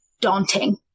daunting